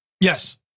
Yes